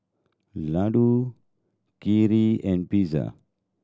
Ladoo Kheer and Pizza